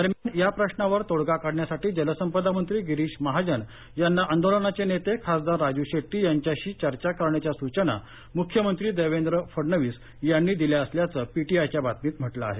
दरम्यान या प्रश्नावर तोडगा काढण्यासाठी जलसंपदा मंत्री गिरीश महाजन यांना आंदोलनाचे नेते खासदार राजू शेट्टी यांच्याशी चर्चा करण्याच्या सूचना मुख्यमंत्री देवेंद्र फडणवीस यांनी दिल्या असल्याचं पीटीआय च्या बातमीत म्हटलं आहे